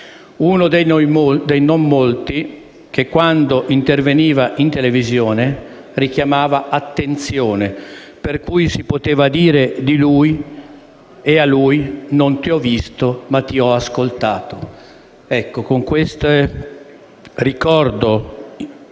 uno dei non molti che quando interveniva in televisione richiamava attenzione, per cui si poteva di dire di lui e a lui: «Non ti ho visto ma ti ho ascoltato». Con questo ricordo